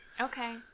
Okay